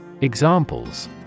Examples